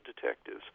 detectives